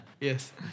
Yes